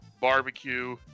barbecue